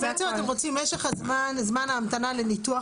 אז בעצם אתם רוצים משך זמן ההמתנה לניתוח,